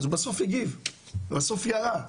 אז הוא בסוף הגיב ובסוף ירה.